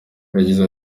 yagize